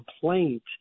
complaint